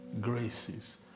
graces